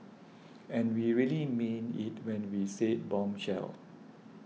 and we really mean it when we said bombshell